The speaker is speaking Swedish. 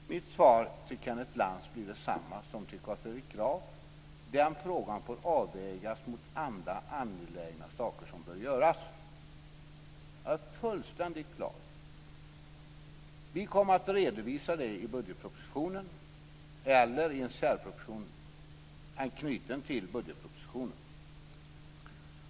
Fru talman! Mitt svar till Kenneth Lantz blir detsamma som till Carl Fredrik Graf: Den frågan får avvägas mot andra angelägna saker som bör göras. Det är fullständigt klart. Vi kommer att redovisa det i budgetpropositionen eller i en särproposition knuten till budgetpropositionen.